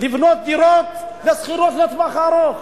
דירות לשכירות לטווח ארוך.